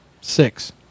Six